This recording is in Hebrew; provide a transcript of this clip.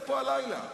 ליברמן.